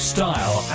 Style